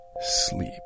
sleep